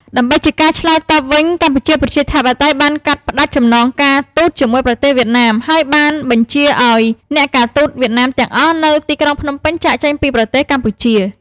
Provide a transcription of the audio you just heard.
ដើម្បីជាការឆ្លើយតបវិញ កម្ពុជាប្រជាធិបតេយ្យបានកាត់ផ្តាច់ចំណងការទូតជាមួយប្រទេសវៀតណាម ហើយបានបញ្ជាឱ្យអ្នកការទូតវៀតណាមទាំងអស់នៅទីក្រុងភ្នំពេញចាកចេញពីប្រទេសកម្ពុជា។